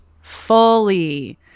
Fully